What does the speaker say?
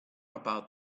about